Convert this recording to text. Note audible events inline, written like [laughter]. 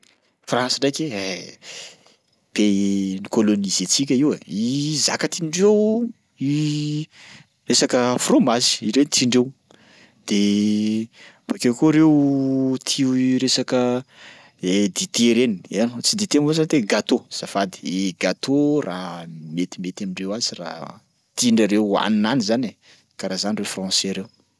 France ndraiky, ay pays ni-colonise antsika io e [hesitation] zaka tiandreo [hesitation] resaka frômazy ireo tiandreo de bakeo koa reo tia resaka [hesitation] dite reny, ya tsy dite moa sa thé.. gâteau zafady. [hesitation] Gâteau raha metimety amindreo any sy raha tiandrareo hohanina any zany e, karaha zany reo français ireo.